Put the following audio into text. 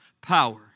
power